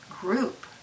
group